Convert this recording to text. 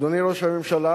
אדוני ראש הממשלה,